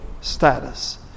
status